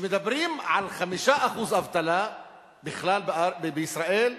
כשמדברים על 5% אבטלה בכלל בישראל,